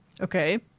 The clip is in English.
Okay